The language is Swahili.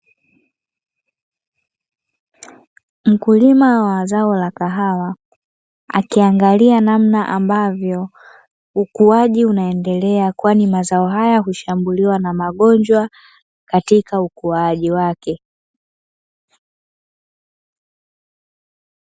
Mkulima wa zao la kahawa akiangalia namna ambavyo ukuaji unaendelea, kwani mazao haya hushambuliwa na magonjwa katika ukuaji wake.